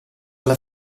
alla